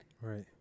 Right